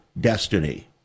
destiny